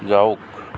যাওক